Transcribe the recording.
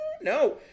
No